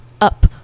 Up